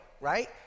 right